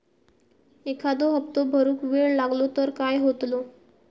एखादो हप्तो भरुक वेळ लागलो तर काय होतला?